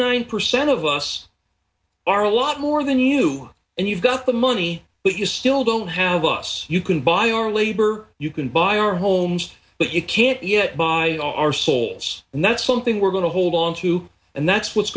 nine percent of us are a lot more than you and you've got the money but you still don't have us you can buy our labor you can buy our homes but you can't yet by our souls and that's something we're going to hold onto and that's what's